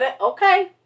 Okay